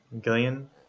Gillian